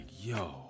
yo